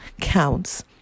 counts